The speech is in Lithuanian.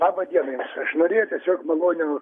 laba diena jum aš norėjau tiesiog maloniu